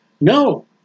no